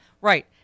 right